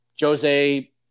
Jose